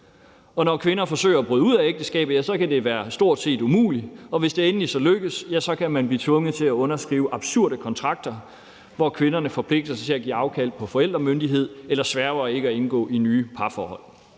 Og når kvinder forsøger bryde ud af ægteskabet, kan det være stort set umuligt, og hvis det så endelig lykkes, kan de blive tvunget til at underskrive absurde kontrakter, hvor kvinderne forpligter sig til at give afkald på forældremyndighed eller sværger ikke at indgå i nye parforhold.